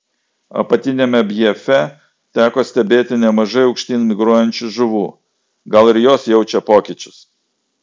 apatiniame bjefe teko stebėti nemažai aukštyn migruojančių žuvų gal ir jos jaučia pokyčius